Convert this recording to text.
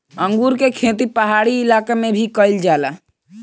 अंगूर के खेती पहाड़ी इलाका में भी कईल जाला